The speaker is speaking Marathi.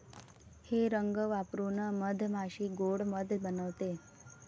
हे रंग वापरून मधमाशी गोड़ मध बनवते